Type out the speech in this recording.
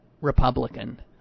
Republican